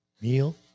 meal